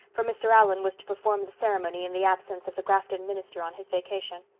for mr. allan was to perform the ceremony in the absence of the grafton minister on his vacation.